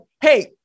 hey